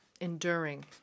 enduring